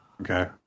Okay